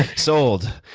sold.